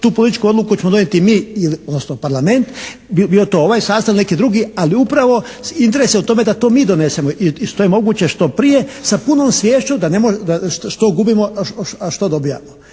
tu političku odluku ćemo donijeti mi, odnosno Parlament bio to ovaj sastav, neki drugi, ali upravo interes je u tome da to mi donesemo i što je moguće što prije sa punom sviješću da što gubimo, a što dobijamo.